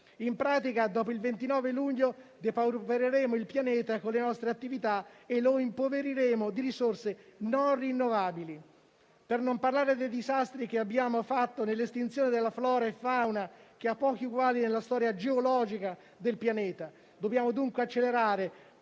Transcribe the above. In pratica, dopo il 29 luglio depaupereremo il pianeta con le nostre attività e lo impoveriremo di risorse non rinnovabili. Per non parlare dei disastri che abbiamo fatto nell'estinzione della flora e fauna, che ha pochi eguali nella storia geologica del pianeta. Dobbiamo, dunque, accelerare